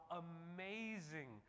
amazing